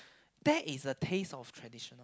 that is the taste of traditional